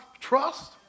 trust